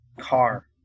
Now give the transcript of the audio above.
car